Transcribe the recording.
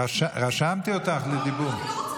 רשמתי אותך לדיבור.